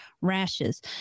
rashes